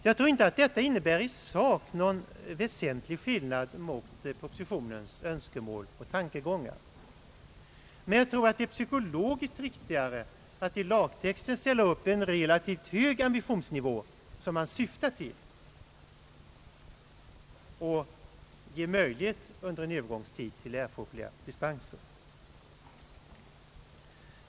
Jag tror inte att detta i sak innebär någon väsentlig skillnad mot propositionens önskemål och tankegångar. Jag tror dock att det är psykologiskt riktigare att i lagtexten ställa upp en relativt hög ambitionsnivå som man syftar till och under en övergångstid ge möjlighet till erforderliga dispenser.